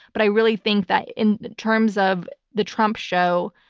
but i really think that in terms of the trump show,